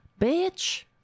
bitch